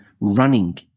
running